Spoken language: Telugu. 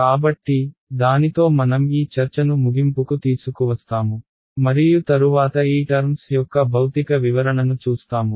కాబట్టి దానితో మనం ఈ చర్చను ముగింపుకు తీసుకువస్తాము మరియు తరువాత ఈ టర్మ్స్ యొక్క భౌతిక వివరణను చూస్తాము